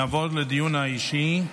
נעבור לדיון האישי.